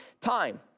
time